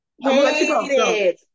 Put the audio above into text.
hated